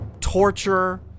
torture